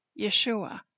Yeshua